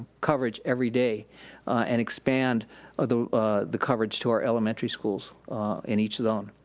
coverage every day and expand ah the the coverage to our elementary schools in each zone.